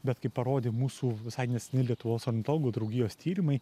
bet kaip parodė mūsų visai neseniai lietuvos ornitologų draugijos tyrimai